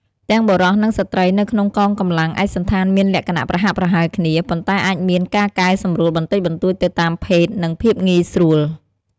ទាំងបុរស និងស្ត្រីនៅក្នុងកងកម្លាំង ឯកសណ្ឋានមានលក្ខណៈប្រហាក់ប្រហែលគ្នា ប៉ុន្តែអាចមានការកែសម្រួលបន្តិចបន្តួចទៅតាមភេទ និងភាពងាយស្រួល។